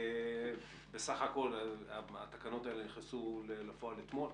בסך הוכל התקנות האלה נכנסו לפועל אתמול.